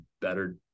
better